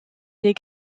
des